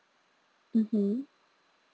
mmhmm